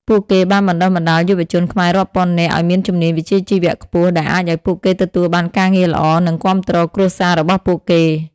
ពួកគេបានបណ្តុះបណ្តាលយុវជនខ្មែររាប់ពាន់នាក់ឱ្យមានជំនាញវិជ្ជាជីវៈខ្ពស់ ដែលអាចឱ្យពួកគេទទួលបានការងារល្អ និងគាំទ្រគ្រួសាររបស់ពួកគេ ។